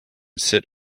sit